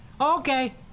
okay